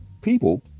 people